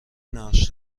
نقش